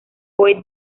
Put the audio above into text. boyd